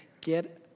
get